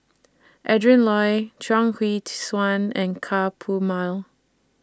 Adrin Loi Chuang Hui Tsuan and Ka Perumal